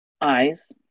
eyes